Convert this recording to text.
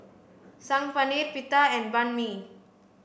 Saag Paneer Pita and Banh Mi